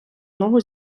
ногу